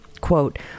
Quote